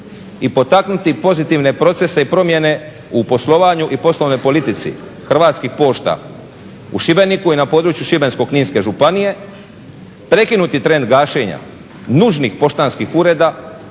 i potaknuti pozitivne procese i promjene u poslovanju i poslovnoj politici Hrvatskih pošta u Šibeniku i na području Šibensko-kninske županije, prekinuti trend gašenja nužnih poštanskih ureda